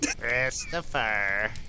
Christopher